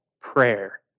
prayer